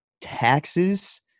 taxes